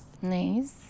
Nice